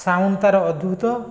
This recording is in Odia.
ସାଉଣ୍ଡ ତାର ଅଦ୍ଭୁତ